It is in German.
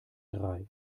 drei